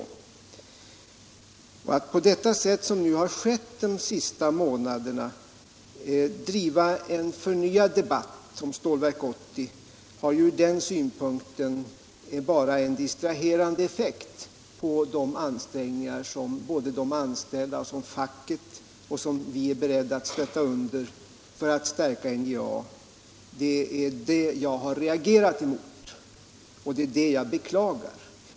Att på det sätt som skett de senaste månaderna driva en förnyad debatt om Stålverk 80 har från den synpunkten bara en distraherande effekt och motverkar de ansträngningar som de anställda, facket och vi är beredda att stödja för att stärka NJA. Det är det jag har reagerat mot och beklagar.